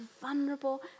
vulnerable